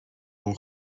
اون